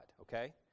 okay